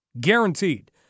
guaranteed